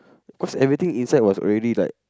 cause everything inside was already like